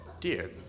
Dear